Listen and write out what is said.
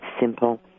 Simple